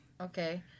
Okay